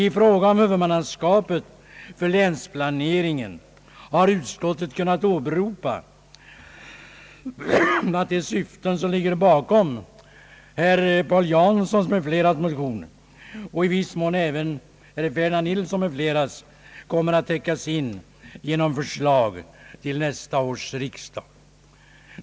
I fråga om huvudmannaskapet för länsplaneringen har utskottet kunnat åberopa att de syften som ligger bakom mo tioner av herr Paul Jansson m.fl. och — i viss mån — av herr Ferdinand Nilsson m, fl. kommer att täckas genom förslag till nästa års riksdag.